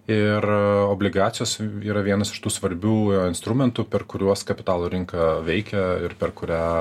ir obligacijos yra vienas iš tų svarbių instrumentų per kuriuos kapitalo rinka veikia ir per kurią